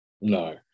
No